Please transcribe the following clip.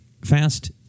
fast